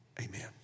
Amen